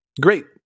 Great